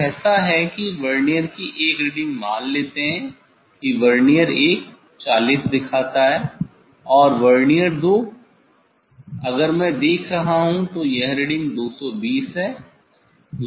कुछ ऐसा है कि वर्नियर की एक रीडिंग मान लेते हैं कि वर्नियर 1 40 दिखाता है और वर्नियर 2 अगर मैं देख रहा हूं तो यह रीडिंग 220 है